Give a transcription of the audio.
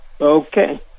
okay